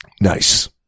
Nice